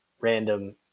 random –